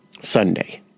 Sunday